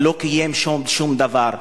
אבל לא קיים שום דבר.